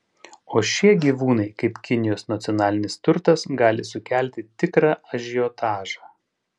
o šie gyvūnai kaip kinijos nacionalinis turtas gali sukelti tikrą ažiotažą